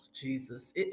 jesus